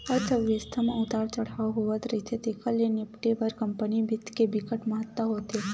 अर्थबेवस्था म उतार चड़हाव होवथ रहिथे तेखर ले निपटे बर कंपनी बित्त के बिकट महत्ता होथे